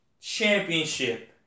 Championship